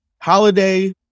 Holiday